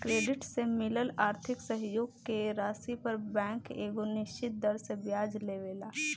credit से मिलल आर्थिक सहयोग के राशि पर बैंक एगो निश्चित दर से ब्याज लेवेला